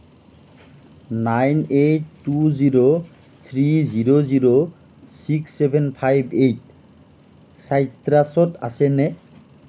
nine eight two zero three zero zero six seven five eight চাইট্ৰাছত আছেনে